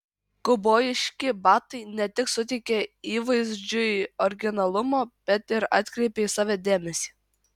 kaubojiški batai ne tik suteikia įvaizdžiui originalumo bet ir atkreipia į save dėmesį